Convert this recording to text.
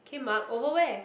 came up over where